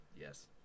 Yes